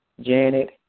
Janet